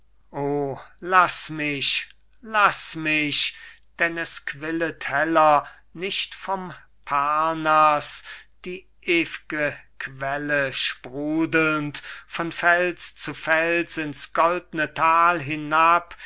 laß mich laß mich denn es quillet heller nicht vom parnaß die ew'ge quelle sprudelnd von fels zu fels in's goldne thal hinab